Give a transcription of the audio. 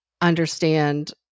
understand